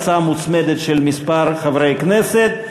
הצעה מוצמדת של מספר חברי כנסת,